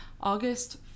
August